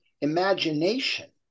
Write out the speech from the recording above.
imagination